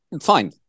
Fine